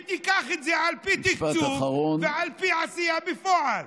ותיקח את זה על פי תקצוב ועל פי עשייה בפועל.